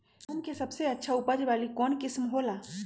गेंहू के सबसे अच्छा उपज वाली कौन किस्म हो ला?